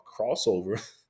crossover